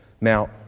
Now